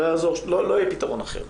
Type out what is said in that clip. לא יהיה פתרון אחר.